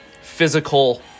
physical